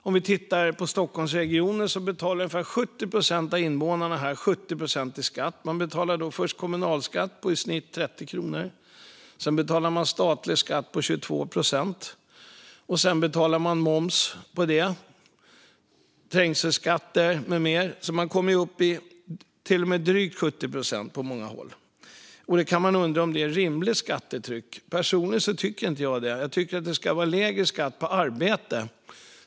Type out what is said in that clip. Låt oss titta på Stockholmsregionen. Ungefär 70 procent av invånarna betalar 70 procent i skatt. Man betalar först kommunalskatt på i snitt 30 kronor. Sedan betalar man statlig skatt på 22 procent. Sedan betalar man moms, trängselskatter med mera. Många kommer därmed upp i drygt 70 procent. Är det ett rimligt skattetryck? Personligen tycker jag inte det. Jag tycker att det ska vara lägre skatt på arbete.